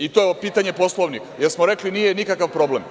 I to pitanje - Poslovnik, da li smo rekli da nije nikakav problem?